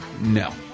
No